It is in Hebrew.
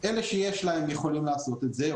אלה שיש להם יכולים לעשות את זה,